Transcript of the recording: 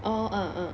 orh uh uh